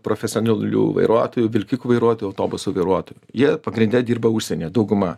profesionalių vairuotojų vilkikų vairuotojų autobusų vairuotojų jie pagrinde dirba užsienyje dauguma